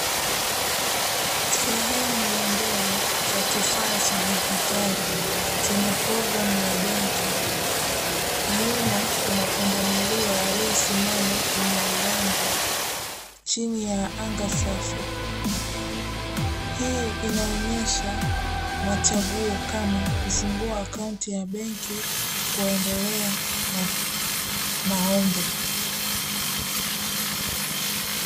Sehemu ya mbele cha kifaa cha digitali chenye programu ya benki nyuma kuna pundamilia aliyesimama kwenye uwanja chini ya anga safi, hii inaonyesha machaguo kama kufungua akaunti ya benki, kuendelea na maombi.